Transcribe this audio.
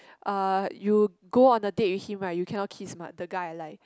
uh you go on a date with him right you cannot kiss my the guy I like